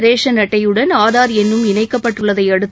ration அட்டையுடன் ஆதார் எண்னும் இணைக்கப்பட்டுள்ளதை அடுத்து